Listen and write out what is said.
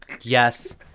yes